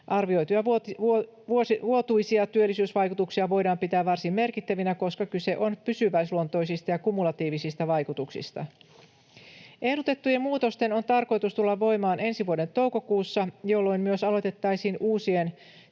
Arvioituja vuotuisia työllisyysvaikutuksia voidaan pitää varsin merkittävinä, koska kyse on pysyväisluontoisista ja kumulatiivisista vaikutuksista. Ehdotettujen muutosten on tarkoitus tulla voimaan ensi vuoden toukokuussa, jolloin myös aloitettaisiin uusien